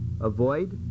avoid